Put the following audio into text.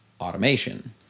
automation